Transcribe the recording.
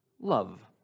love